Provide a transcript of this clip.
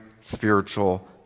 spiritual